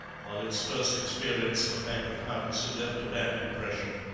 while its first experience of a pack of hounds had left a bad impression.